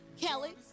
Kelly